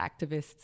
activists